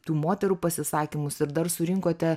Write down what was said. tų moterų pasisakymus ir dar surinkote